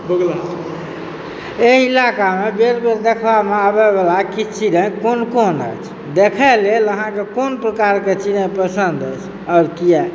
बोगला एइ इलाका बेर बेर देखबामे आबऽ बला किछु चिड़ै कोन कोन अछि देखै लेल अहाँकेँ कोन प्रकारके चिड़ै पसन्द अछि आओर किए